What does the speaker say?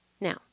Now